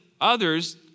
others